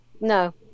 No